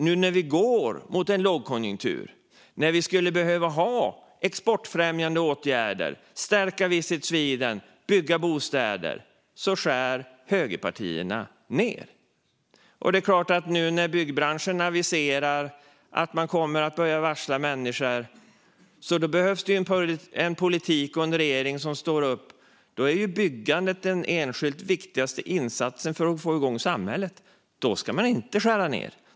Nu när vi går mot en lågkonjunktur och när vi skulle behöva ha exportfrämjande åtgärder, stärka Visit Sweden och bygga bostäder skär högerpartierna ned. Det är klart att det, nu när byggbranschen aviserar att man kommer att börja varsla människor, behövs en politik och en regering som står upp. Byggandet är den enskilt viktigaste insatsen för att få igång samhället. Då ska man inte skära ned.